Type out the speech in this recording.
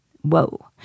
Whoa